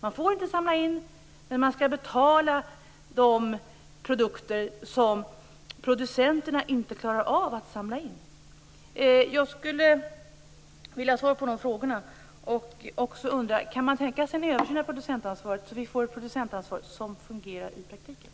Man får inte samla in, men man skall betala de produkter som producenterna inte klarar av att samla in. Jag skulle vilja ha svar på de frågorna. Dessutom undrar jag: Kan man tänka sig en översyn av producentansvaret, så att vi får ett producentansvar som fungerar i praktiken?